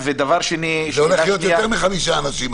זה הולך להיות יותר מחמישה אנשים.